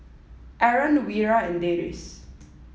Aaron Wira and Deris